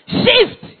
shift